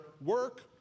work